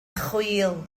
chwil